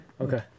Okay